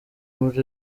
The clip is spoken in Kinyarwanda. muri